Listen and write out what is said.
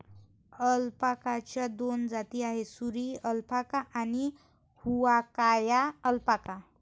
अल्पाकाच्या दोन जाती आहेत, सुरी अल्पाका आणि हुआकाया अल्पाका